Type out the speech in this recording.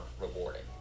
rewarding